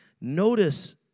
notice